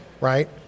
right